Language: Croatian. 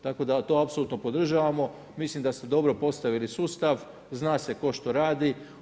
Tako da to apsolutno podržavamo, mislim da ste dobro postavili sustav, zna se tko što radi.